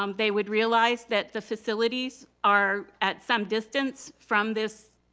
um they would realize that the facilities are at some distance from this